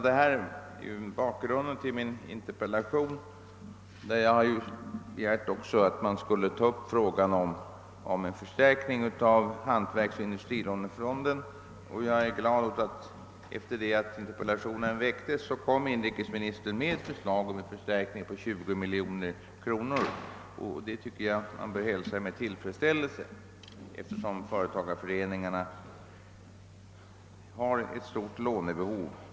Det är bakgrunden till min interpellation, där jag också begärt att man skulle ta upp frågan om en förstärkning av hantverksoch industrilånefonden. Jag är glad över att inrikesministern, efter det att interpellationen väcktes, lade fram förslag om en förstärkning med 20 miljoner kronor. Det bör hälsas med tillfredsställelse, eftersom företagarföreningarna har ett så stort lånebehov.